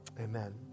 Amen